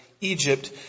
Egypt